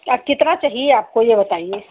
और कितना चाहिए आपको यह बताइए